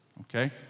Okay